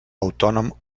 autònom